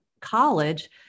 college